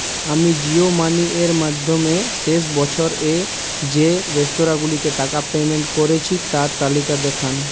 আমি জিও মানির মাধ্যমে শেষ বছরে যে রেস্তোরাঁগুলিকে টাকা পেইমেন্ট করেছি তার তালিকা দেখান